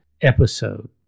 episode